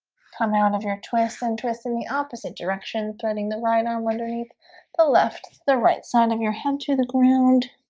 come out of your twist and twist in the opposite direction threading the right arm underneath the left the right side of your head to the ground